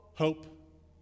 Hope